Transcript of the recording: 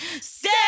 stay